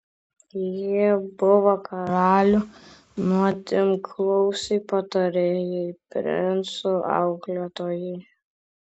jie buvo karalių nuodėmklausiai patarėjai princų auklėtojai